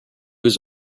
was